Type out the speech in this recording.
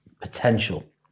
potential